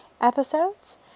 episodes